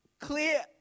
clear